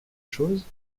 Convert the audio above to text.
chose